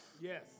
Yes